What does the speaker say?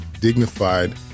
dignified